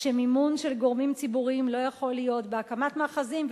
שמימון של גורמים ציבוריים לא יכול להיות בהקמת מאחזים,